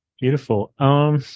Beautiful